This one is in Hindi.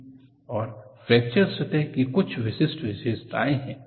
और फ्रैक्चर सतह की कुछ विशिष्ट विशेषताएं हैं